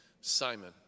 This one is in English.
Simon